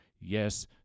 yes